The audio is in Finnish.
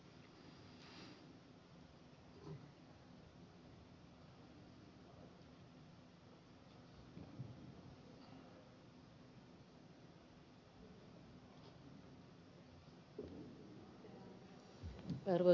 arvoisa puhemies